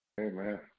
Amen